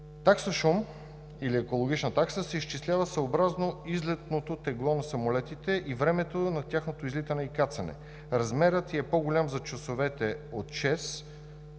Такса шум или екологична такса се изчислява съобразно излетното тегло на самолетите и времето на тяхното излитане и кацане. Размерът й е по-голям за часовете от 6,00